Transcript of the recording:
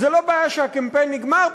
זה לא בעיה שהקמפיין נגמר,